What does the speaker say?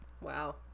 Wow